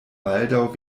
baldaŭ